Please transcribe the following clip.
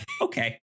okay